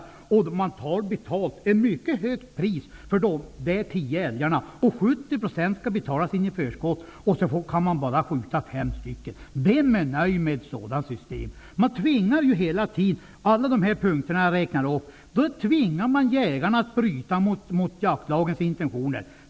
För dessa tio älgar tas det ut ett mycket högt pris, och 70 % av detta skall betalas in i förskott. Sedan kanske man bara kan skjuta fem av dem. Vem är nöjd med ett sådant system? Jägarna tvingas ju att bryta mot jaktlagens intentioner.